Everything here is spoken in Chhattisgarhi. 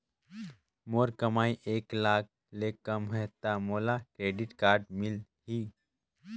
मोर कमाई एक लाख ले कम है ता मोला क्रेडिट कारड मिल ही?